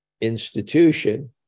institution